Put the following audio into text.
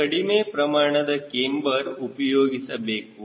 ಕಡಿಮೆ ಪ್ರಮಾಣದ ಕ್ಯಾಮ್ಬರ್ ಉಪಯೋಗಿಸಬೇಕು